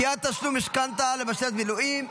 דחיית תשלום משכנתה למשרת מילואים),